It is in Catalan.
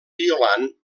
violant